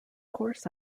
course